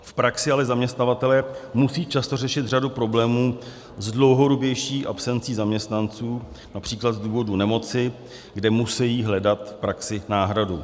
V praxi ale zaměstnavatelé musí často řešit řadu problémů s dlouhodobější absencí zaměstnanců, například z důvodu nemoci, kde musejí hledat v praxi náhradu.